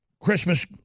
Christmas